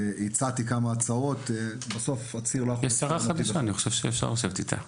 יש שרה חדשה, אני חושב שאפשר לשבת איתה.